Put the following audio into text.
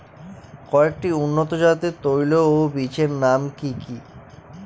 কয়েকটি উন্নত জাতের তৈল ও বীজের নাম কি কি?